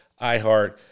iHeart